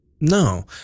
No